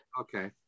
Okay